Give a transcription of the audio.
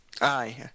Aye